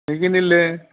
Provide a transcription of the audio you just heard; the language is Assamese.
নিকিনিলে